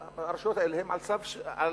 הרשויות האלה הן על סף קריסה,